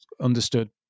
understood